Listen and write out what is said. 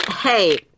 Hey